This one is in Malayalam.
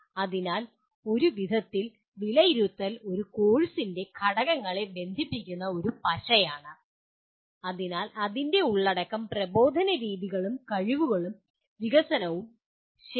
അതിനാൽ ഒരു വിധത്തിൽ വിലയിരുത്തൽ ഒരു കോഴ്സിൻ്റെ ഘടകങ്ങളെ ബന്ധിപ്പിക്കുന്ന ഒരു പശയാണ് അതാണ് അതിന്റെ ഉള്ളടക്കം പ്രബോധന രീതികളും കഴിവുകളും വികസനവും ശരി